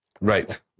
right